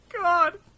God